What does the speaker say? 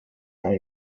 eine